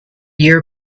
year